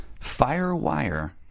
Firewire